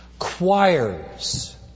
choirs